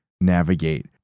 navigate